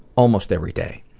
almost every day.